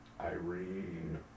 Irene